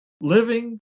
living